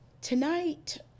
tonight